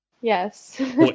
Yes